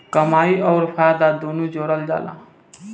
कमाई अउर फायदा दुनू जोड़ल जला